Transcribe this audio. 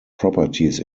properties